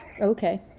Okay